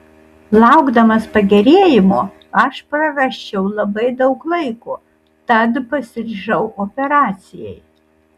laukdamas pagerėjimo aš prarasčiau labai daug laiko tad pasiryžau operacijai